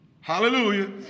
Hallelujah